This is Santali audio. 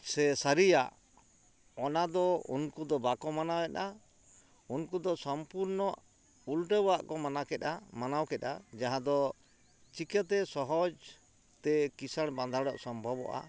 ᱥᱮ ᱥᱟᱹᱨᱤᱭᱟᱜ ᱚᱱᱟ ᱫᱚ ᱩᱱᱠᱩ ᱫᱚ ᱵᱟᱠᱚ ᱢᱟᱱᱟᱣᱮᱫᱼᱟ ᱩᱱᱠᱩ ᱫᱚ ᱥᱚᱢᱯᱩᱨᱱᱚ ᱩᱞᱴᱟᱹᱣᱟᱜ ᱠᱚ ᱢᱟᱱᱟᱣ ᱠᱮᱫᱼᱟ ᱢᱟᱱᱟᱣ ᱠᱮᱫᱼᱟ ᱡᱟᱦᱟᱸ ᱫᱚ ᱪᱤᱠᱟᱹᱛᱮ ᱥᱚᱦᱚᱡᱽ ᱛᱮ ᱠᱤᱸᱥᱟᱹᱬ ᱵᱟᱸᱫᱷᱟᱲᱚᱜ ᱥᱚᱢᱵᱷᱚᱵᱚᱜᱼᱟ